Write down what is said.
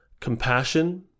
compassion